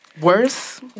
Worse